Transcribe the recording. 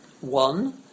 One